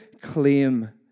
claim